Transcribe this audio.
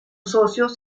socios